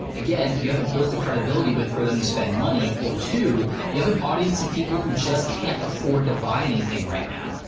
again, you haven't build the credibility with for them to spend money, or two, you have an audience of people who just can't afford to buy anything right now,